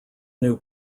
new